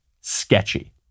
sketchy